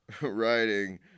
writing